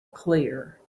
clear